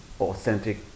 authentic